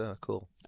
Cool